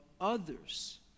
others